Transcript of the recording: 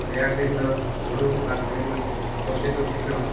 ᱨᱮᱭᱟᱲ ᱫᱤᱱ ᱫᱚ ᱦᱩᱲᱩᱦᱚᱸ ᱟᱨ ᱵᱤᱵᱷᱤᱱᱱᱚ ᱥᱚᱵᱡᱤ ᱴᱚᱵᱡᱤ ᱠᱚᱦᱚᱸ